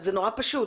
זה נורא פשוט,